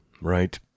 right